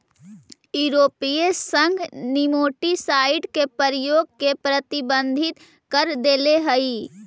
यूरोपीय संघ नेमेटीसाइड के प्रयोग के प्रतिबंधित कर देले हई